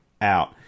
out